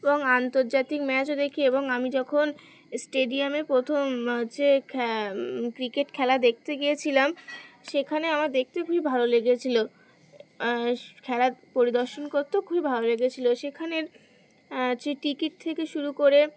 এবং আন্তর্জাতিক ম্যাচও দেখি এবং আমি যখন স্টেডিয়ামে প্রথম হচ্ছে ক্রিকেট খেলা দেখতে গিয়েছিলাম সেখানে আমার দেখতে খুবই ভালো লেগেছিল খেলা পরিদর্শন করতেও খুবই ভালো লেগেছিল সেখানের যে টিকিট থেকে শুরু করে